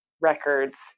records